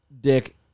dick